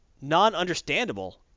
Non-understandable